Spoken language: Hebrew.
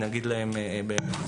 נגיד להם תודה.